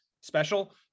special